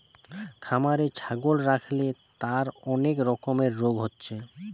খামারে ছাগল রাখলে তার অনেক রকমের রোগ হচ্ছে